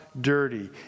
dirty